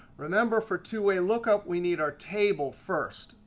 remember, for two-way lookup we need our table first.